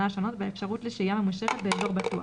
השונות והאפשרות לשהייה ממושכת באזור בטוח,